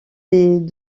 des